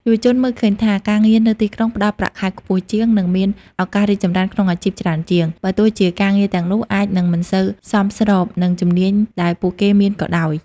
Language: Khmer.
យុវជនមើលឃើញថា ការងារនៅទីក្រុងផ្តល់ប្រាក់ខែខ្ពស់ជាង និងមានឱកាសរីកចម្រើនក្នុងអាជីពច្រើនជាង បើទោះជាការងារទាំងនោះអាចនឹងមិនសូវសមស្របនឹងជំនាញដែលពួកគេមានក៏ដោយ។